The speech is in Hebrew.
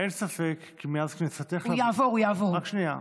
אין ספק, הוא יעבור, הוא יעבור.